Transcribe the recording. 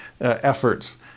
efforts